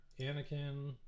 Anakin